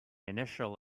initial